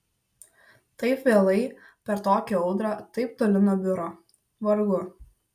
taip vėlai per tokią audrą taip toli nuo biuro vargu